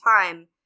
time